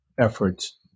efforts